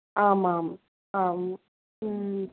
आम् आम् आम्